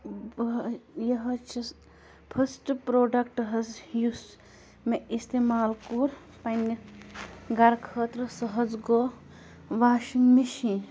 بہٕ ہہ یہِ حظ چھِس فسٹ پرٛوڈَکٹ حظ یُس مےٚ استعمال کوٚر پنٛنہِ گَرٕ خٲطرٕ سُہ حظ گوٚو واشنٛگ مِشیٖن